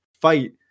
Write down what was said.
fight